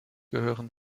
gehören